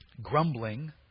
grumbling